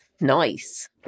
Nice